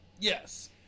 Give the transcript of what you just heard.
Yes